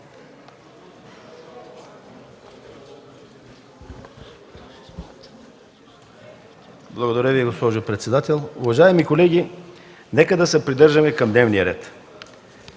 Благодаря Ви, госпожо председател. Уважаеми колеги, нека да се придържаме към дневния ред.